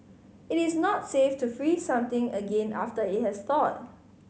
it is not safe to freeze something again after it has thawed